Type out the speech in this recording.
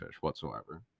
whatsoever